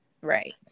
Right